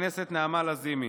חברת הכנסת נעמה לזימי.